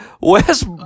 West